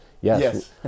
yes